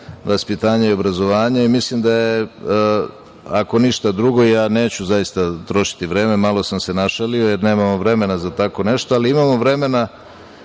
vaspitanja i obrazovanja. Mislim da je ako ništa drugo, neću zaista trošiti vreme, jer nemamo vremena za tako nešto, ali imamo vremena